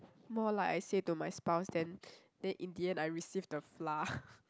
more like I say to my spouse then then in the end I receive the flour